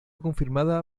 confirmada